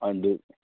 ꯑꯗꯨ